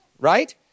right